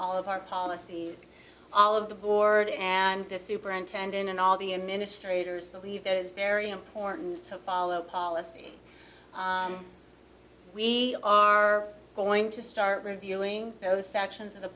all of our policies all of the board and the superintendent and all the administrators believe it's very important to follow policy we are going to start reviewing those sections of the